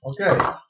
Okay